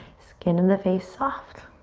skin in the face soft.